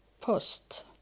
post